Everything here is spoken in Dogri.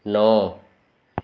नौ